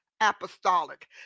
Apostolic